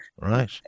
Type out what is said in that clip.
Right